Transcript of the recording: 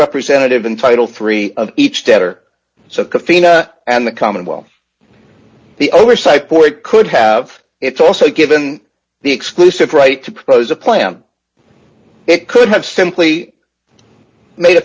representative in title three of each debtor so comfy and the commonwealth the oversight court could have it's also given the exclusive right to propose a plan it could have simply made a